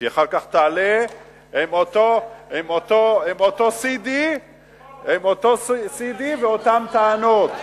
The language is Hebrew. כי אחר כך תעלה עם אותו CD ואותן טענות.